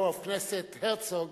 Knesset Member Herzog,